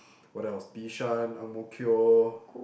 what else Bishan Ang-Mo-Kio